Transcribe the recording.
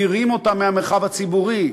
מדירים אותם מהמרחב הציבורי,